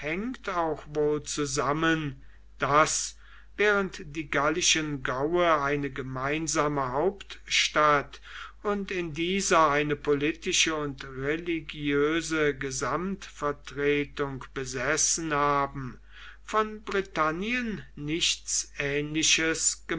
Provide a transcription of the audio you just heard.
auch wohl zusammen daß während die gallischen gaue eine gemeinsame hauptstadt und in dieser eine politische und religiöse